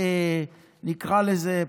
נקרא לזה,